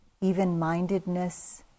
even-mindedness